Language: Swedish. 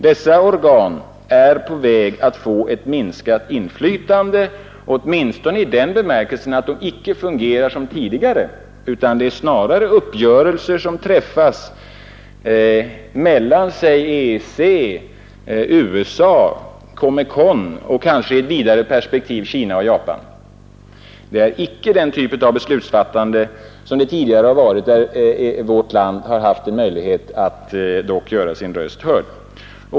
Dessa organ är på väg att få ett minskat inflytande, åtminstone i den bemärkelsen att de inte fungerar som tidigare. Det är snarare så att uppgörelser träffas mellan EEC, USA, Comecon och kanske — i ett vidare perspektiv — Kina och Japan. Det är icke den typ av beslutsfattande som förekommit tidigare och där vårt land dock har haft en möjlighet att göra sin röst hörd.